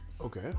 Okay